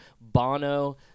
Bono